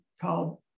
called